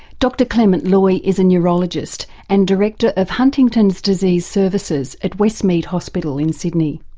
dr clement loy is a neurologist and director of huntington's disease services at westmead hospital in sydney.